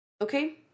Okay